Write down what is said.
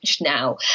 now